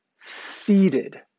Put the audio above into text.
seated